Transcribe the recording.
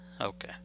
Okay